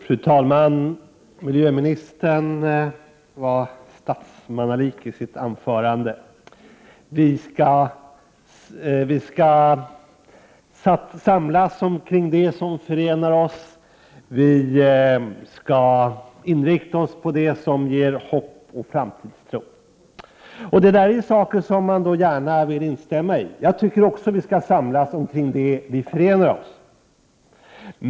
Fru talman! Miljöministern var mycket statsmannalik i sitt anförande. Vi skall samla oss omkring det som förenar oss. Vi skall inrikta oss på det som ger hopp och framtidstro. Det är saker som man gärna vill instämma i. Jag tycker också att vi skall samlas omkring det som förenar oss.